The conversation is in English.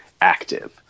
active